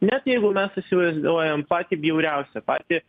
net jeigu mes įsivaizduojam patį bjauriausią patį